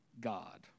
God